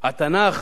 התנ"ך,